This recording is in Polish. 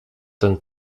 ten